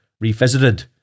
Revisited